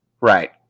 Right